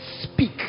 speak